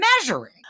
measuring